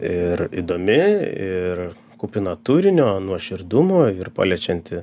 ir įdomi ir kupina turinio nuoširdumo ir paliečianti